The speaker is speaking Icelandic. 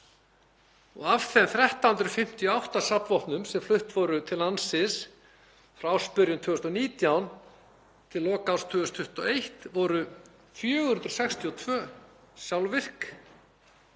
Af þeim 1.358 safnvopnum sem flutt voru til landsins frá ársbyrjun 2019 til loka árs 2021 voru 462 sjálfvirk